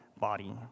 body